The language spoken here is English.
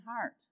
heart